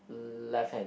uh left hand